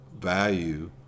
value